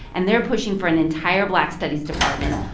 and they're pushing for an entire black studies department.